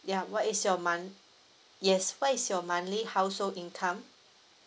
ya what is your month yes why is your monthly household income